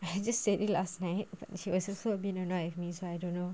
I just said it last night she was also a bit annoyed with me so I don't know